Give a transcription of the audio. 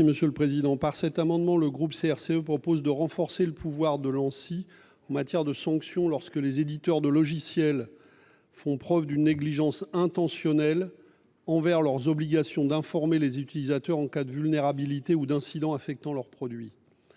M. Pierre Laurent. Par cet amendement, le groupe CRCE propose de renforcer les pouvoirs de l'Anssi en matière de sanctions lorsque les éditeurs de logiciels font preuve d'une négligence intentionnelle envers leurs obligations d'informer leurs utilisateurs en cas de vulnérabilité ou d'incident affectant leurs produits.